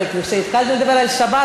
אבל כשהתחלת לדבר על שבת,